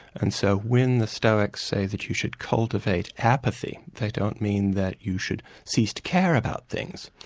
and so when the stoics say that you should cultivate apathy, they don't mean that you should cease to care about things,